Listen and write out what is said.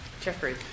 Jeffrey